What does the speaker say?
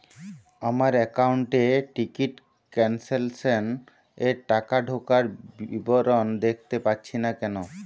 আমার একাউন্ট এ ticket cancellation এর টাকা ঢোকার বিবরণ দেখতে পাচ্ছি না কেন?